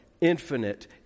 infinite